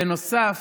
בנוסף,